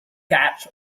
catch